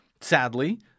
sadly